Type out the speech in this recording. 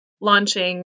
launching